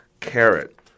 carrot